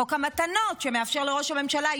חוק המתנות מאפשר לראש הממשלה,